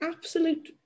Absolute